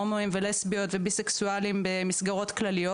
הומואים ולסביות ובי סקסואליים במסגרות כלליות.